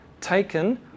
taken